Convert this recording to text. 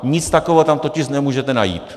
Nic takového tam totiž nemůžete najít.